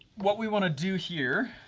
what we wanna do here,